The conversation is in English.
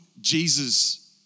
Jesus